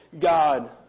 God